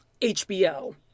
HBO